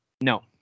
no